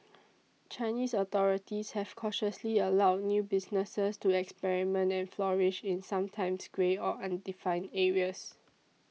Chinese authorities have cautiously allowed new businesses to experiment and flourish in sometimes grey or undefined areas